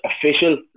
official